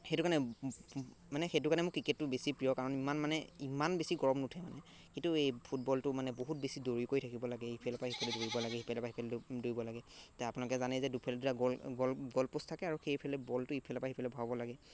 সেইটো কাৰণে মানে সেইটো কাৰণে মোৰ ক্ৰিকেটটো বেছি প্ৰিয় কাৰণ ইমান মানে ইমান বেছি গৰম নুঠে মানে কিন্তু এই ফুটবলটো মানে বহুত বেছি দৌৰি কৰি থাকিব লাগে ইফালৰ পা সিফালে দৌৰিব লাগে সিফালে পা সিফালে দৌৰিব লাগে তে আপোনালোকে জানে যে দুফালে দুটা গ'ল গ'ল গ'ল পোষ্ট থাকে আৰু সেইফালে বলটো ইফালৰ পা সিফাল ভৰাব লাগে